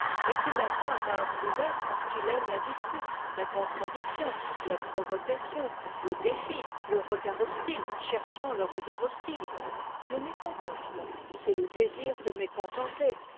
et qui n'aime pas à approuver parce qu'il aime la dispute la contradiction la provocation le défi le regard hostile cherchant le regard hostile le mécontentement c'est le désir de mécontenter